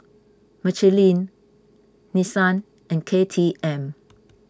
Michelin Nissan and K T M